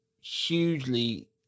hugely